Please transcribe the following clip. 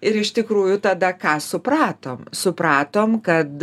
ir iš tikrųjų tada ką supratom supratom kad